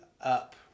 up